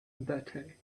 birthday